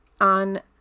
on